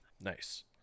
Nice